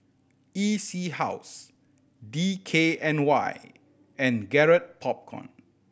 E C House D K N Y and Garrett Popcorn